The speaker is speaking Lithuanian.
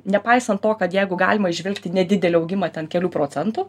nepaisant to kad jeigu galima įžvelgti nedidelį augimą ten kelių procentų